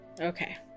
Okay